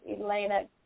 Elena